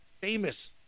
famous